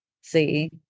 See